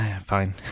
Fine